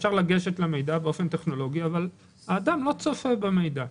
אפשר לגשת למידע באופן טכנולוגי אבל האדם לא צופה במידע.